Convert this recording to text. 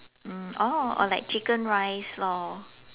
mm oh like chicken rice lor